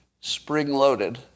spring-loaded